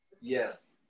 Yes